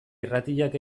irratiak